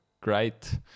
great